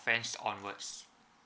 offence onwards